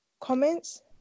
comments